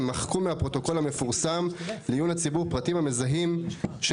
יימחקו מהפרוטוקול המפורסם לעיון הציבור פרטים המזהים של